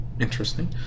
Interesting